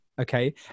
okay